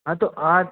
हाँ तो आज